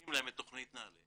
מציעים להם את תכנית נעל"ה,